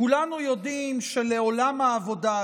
כולנו יודעים שלעולם העבודה,